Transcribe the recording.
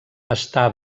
està